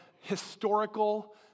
historical